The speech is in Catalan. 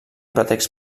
pretext